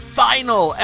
final